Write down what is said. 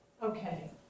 Okay